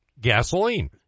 gasoline